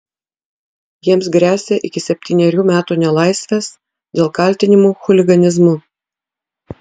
jiems gresia iki septynerių metų nelaisvės dėl kaltinimų chuliganizmu